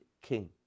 King